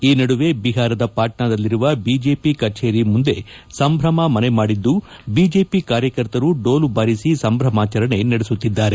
ಈ ನಡುವೆ ಬಿಹಾರದ ಪಾಣ್ವಾದಲ್ಲಿರುವ ಬಿಜೆಪಿ ಕಚೇರಿ ಮುಂದೆ ಸಂಭ್ರಮ ಮನೆಮಾಡಿದ್ದು ಬಿಜೆಪಿ ಕಾರ್ಯಕರ್ತರು ಡೋಲು ಬಾರಿಸಿ ಸಂಭ್ರಮಾಚರಣೆ ನಡೆಸುತ್ತಿದ್ದಾರೆ